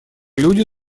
люди